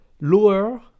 lower